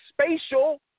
spatial